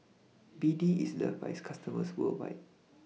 BD IS loved By its customers worldwide